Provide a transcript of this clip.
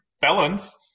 felons